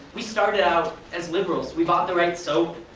we started out as liberals, we bought the right soap,